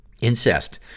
Incest